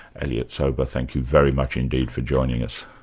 elliot sober, thank you very much indeed for joining us.